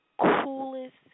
coolest